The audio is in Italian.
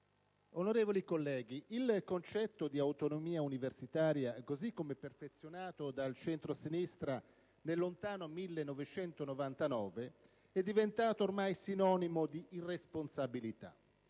onorevoli colleghi, il concetto di autonomia universitaria, così come perfezionato dal centrosinistra nel lontano 1999, è diventato ormai sinonimo di irresponsabilità.